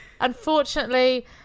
Unfortunately